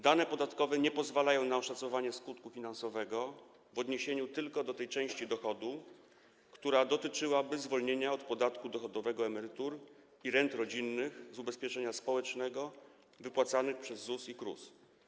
Dane podatkowe nie pozwalają na oszacowanie skutku finansowego w odniesieniu tylko do tej części dochodu, która dotyczyłaby zwolnienia od podatku dochodowego emerytur i rent rodzinnych z ubezpieczenia społecznego wypłacanych przez ZUS i KRUS.